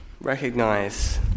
recognize